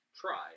try